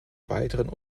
weiteren